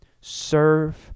serve